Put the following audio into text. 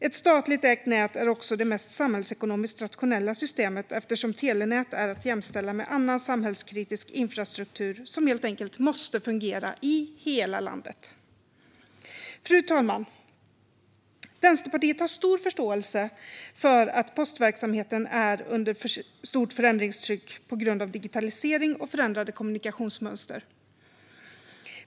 Ett statligt ägt nät är också det mest samhällsekonomiskt rationella systemet eftersom telenät är att jämställa med annan samhällskritisk infrastruktur som helt enkelt måste fungera i hela landet. Fru talman! Vänsterpartiet har stor förståelse för att postverksamheten är under ett stort förändringstryck på grund av digitalisering och förändrade kommunikationsmönster.